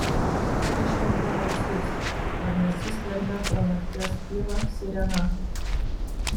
ištempiu ausis ar nesiskverbia pro nakties tylą sirena